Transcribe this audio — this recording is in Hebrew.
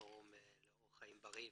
הפורום לאורח חיים בריא.